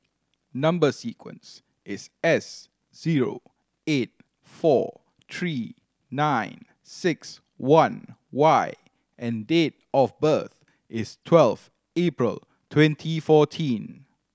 number sequence is S zero eight four three nine six one Y and date of birth is twelve April twenty fourteen